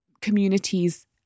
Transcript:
communities